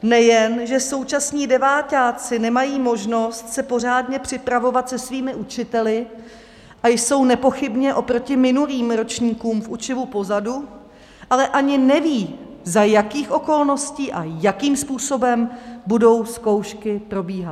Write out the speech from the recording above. Nejen že současní deváťáci nemají možnost se pořádně připravovat se svými učiteli a jsou nepochybně oproti minulým ročníkům v učivu pozadu, ale ani neví, za jakých okolností a jakým způsobem budou zkoušky probíhat.